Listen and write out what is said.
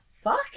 Fuck